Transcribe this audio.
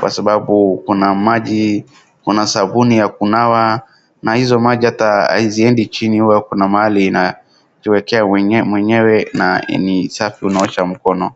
kwa sababu kuna maji, kuna sabuni ya kunawa na hizo maji hata haziendi chini kuna mahali inajiwekea mwenyewe na ni safi unaosha mkono.